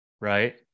Right